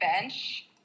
bench